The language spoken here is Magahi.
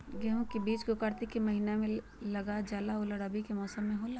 गेहूं का बीज को कार्तिक के महीना में लगा जाला जो रवि के मौसम में होला